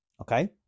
okay